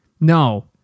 No